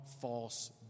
false